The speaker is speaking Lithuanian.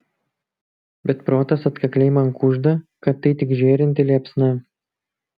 bet protas atkakliai man kužda kad tai tik žėrinti liepsna